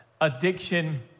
addiction